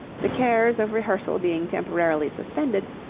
the cares of rehearsal being temporarily suspended,